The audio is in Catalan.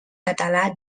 català